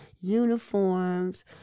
uniforms